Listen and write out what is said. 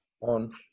on